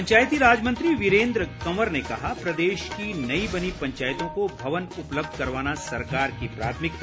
पंचायती राज मंत्री वीरेन्द्र कंवर ने कहा प्रदेश की नई बनी पंचायतों को भवन उपलब्ध करवाना सरकार की प्राथमिकता